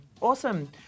Awesome